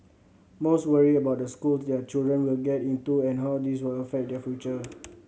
most worry about the schools their children will get into and how this will affect their future